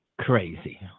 crazy